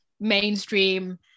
mainstream